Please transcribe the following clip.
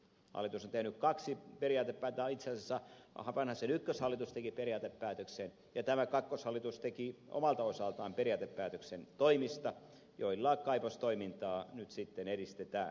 hallitus on tehnyt kaksi periaatepäätöstä tai itse asiassa vanhasen ykköshallitus teki periaatepäätöksen ja tämä kakkoshallitus teki omalta osaltaan periaatepäätöksen toimista joilla kaivostoimintaa nyt sitten edistetään